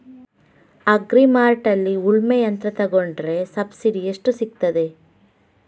Agri ಮಾರ್ಟ್ನಲ್ಲಿ ಉಳ್ಮೆ ಯಂತ್ರ ತೆಕೊಂಡ್ರೆ ಸಬ್ಸಿಡಿ ಎಷ್ಟು ಸಿಕ್ತಾದೆ?